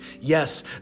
Yes